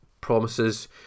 Promises